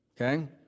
Okay